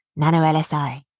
NanoLSI